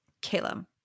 Caleb